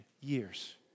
years